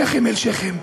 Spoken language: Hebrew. שכם אל שכם,